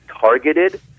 targeted